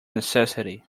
necessity